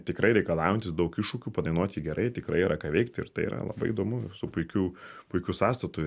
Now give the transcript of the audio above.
tikrai reikalaujantis daug iššūkių padainuot jį gerai tikrai yra ką veikti ir tai yra labai įdomu su puikiu puikiu sąstatu